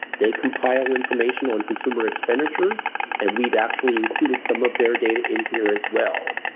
they compile information on consumer expenditures and we've actually included some of their data in here as well.